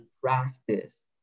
practice